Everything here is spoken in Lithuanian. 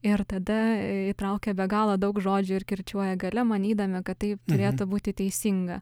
ir tada įtraukia be galo daug žodžių ir kirčiuoja gale manydami kad taip turėtų būti teisinga